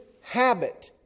habit